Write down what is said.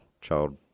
child